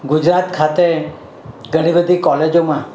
ગુજરાત ખાતે ઘણી બધી કોલેજોમાં